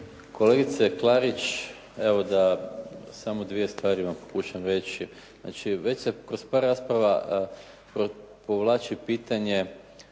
Kolegice Klarić, evo da samo dvije stvari vam pokušam reći. Znači, već se kroz par rasprava povlači pitanje